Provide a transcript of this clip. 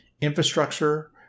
infrastructure